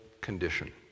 condition